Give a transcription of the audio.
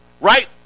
Right